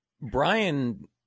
Brian